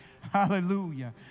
hallelujah